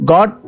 God